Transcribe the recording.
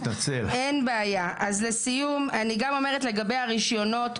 גם אומרת לגבי הרישיונות,